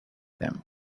them